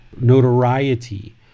notoriety